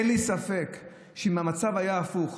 אין לי ספק שאם המצב היה הפוך,